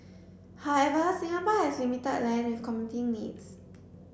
however Singapore has limited land with competing needs